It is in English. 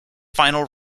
final